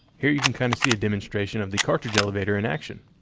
here you can kind of see a demonstration of the cartridge elevator in action.